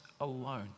alone